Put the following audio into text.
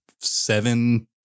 seven